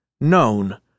known